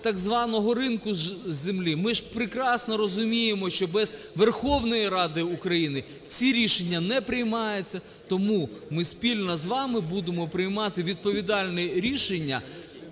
так званого ринку землі ми ж прекрасно розуміємо, що без Верховної Ради України ці рішення не приймаються. Тому ми спільно з вами будемо приймати відповідальні рішення